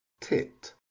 tit